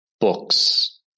books